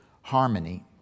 harmony